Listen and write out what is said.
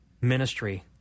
ministry